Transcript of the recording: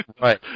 Right